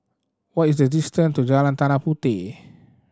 what is the distant to Jalan Tanah Puteh